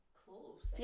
close